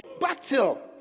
battle